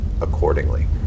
accordingly